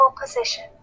position